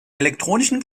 elektronischen